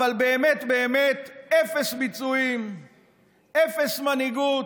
אבל באמת באמת אפס ביצועים, אפס מנהיגות,